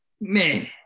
man